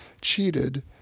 cheated